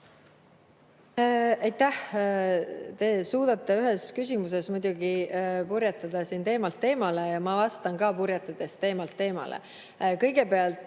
Aitäh! Te suudate ühes küsimuses purjetada teemalt teemale ja ma ka vastan, purjetades teemalt teemale. Kõigepealt,